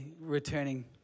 returning